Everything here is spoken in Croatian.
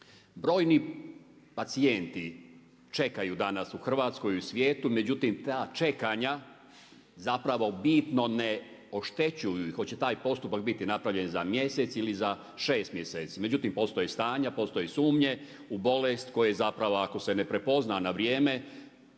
Brojni pacijenti čekaju danas u Hrvatskoj i u svijetu, međutim ta čekanja zapravo bitno ne oštećuju hoće li taj postupak biti napravljen za mjesec ili za šest mjeseci. Međutim, postoje stanja, postoje sumnje u bolest koja je zapravo ako se ne prepozna na vrijeme